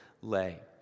lay